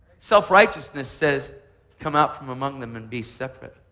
self-righteousness says come out from among them and be separate.